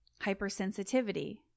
hypersensitivity